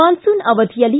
ಮಾನ್ವೂನ್ ಅವಧಿಯಲ್ಲಿ